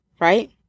right